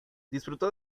disfrutó